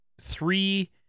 three